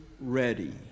ready